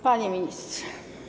Panie Ministrze!